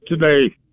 today